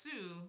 two